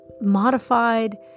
modified